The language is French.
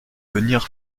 venir